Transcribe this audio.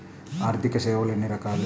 ఆర్థిక సేవలు ఎన్ని రకాలు?